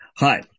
Hi